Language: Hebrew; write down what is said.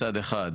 מצד אחד,